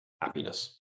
happiness